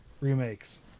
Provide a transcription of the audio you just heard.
remakes